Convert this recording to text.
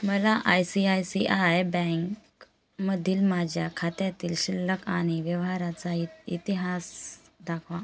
मला I C I C I बँकमधील माझ्या खात्यातील शिल्लक आणि व्यवहाराचा इत इतिहास दाखवा